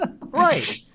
Right